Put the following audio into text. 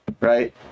Right